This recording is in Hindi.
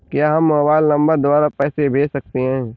क्या हम मोबाइल नंबर द्वारा पैसे भेज सकते हैं?